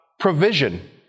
provision